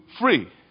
free